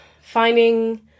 finding